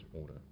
order